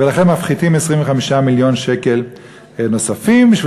ולכן מפחיתים 25 מיליון שקל נוספים בשביל